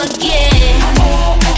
again